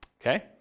okay